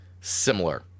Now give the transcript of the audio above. similar